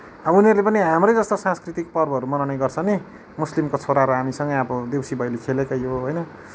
अब उनीहरूले पनि हाम्रै जस्तो सांस्कृतिक पर्वहरू मनाउने गर्छन् नि मुस्लिमको छोरा र अब हामीसँगै देउसी भैलो खेलेकै हो होइन